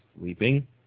sleeping